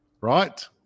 right